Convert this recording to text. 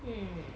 hmm